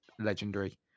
legendary